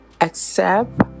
accept